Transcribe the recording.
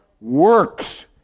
works